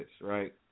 right